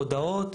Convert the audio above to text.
הודעות,